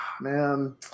man